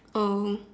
oh